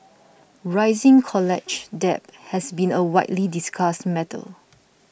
rising college debt has been a widely discussed matter